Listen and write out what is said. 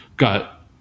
got